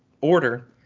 Order